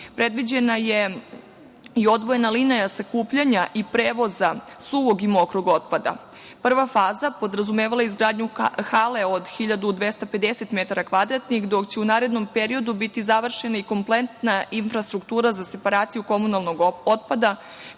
Predviđena je i odvojena linija sakupljanja i prevoza suvog i mokrog otpada. Prva faza podrazumevala je izgradnju hale od 1.250 metara kvadratnih, dok će u narednom periodu biti završena i kompletna infrastruktura za separaciju komunalnog otpada,